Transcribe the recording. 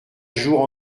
jour